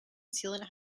sealant